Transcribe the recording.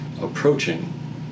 approaching